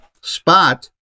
spot